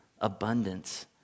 abundance